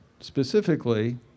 specifically